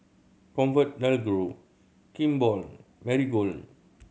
ComfortDelGro Kimball Marigold